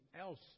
else